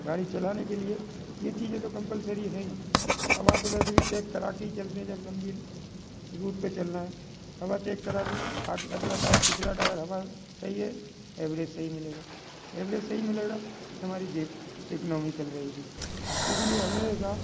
गाड़ी चलाने के लिए ये चीज़ें तो कॉम्पलसरी है ही हवा तो वैसे भी चेक करा के ही चलते है जब लंबी रूट पे चलना है हवा चेक करा ली अगला टायर पिछला टायर हवा सही है एवरेज़ सही मिलेगा एवरेज़ सही मिलेगा हमारी जेब एकनॉमिकल रहेगी इसीलिए हमेशा